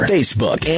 Facebook